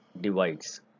divides